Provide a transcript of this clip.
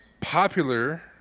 popular